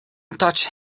touched